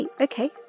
okay